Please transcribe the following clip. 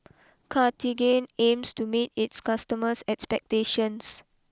Cartigain aims to meet its customers expectations